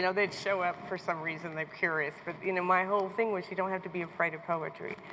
so they would show up for some reason, they are curious but you know my whole thing is you don't have to be afraid of poetry.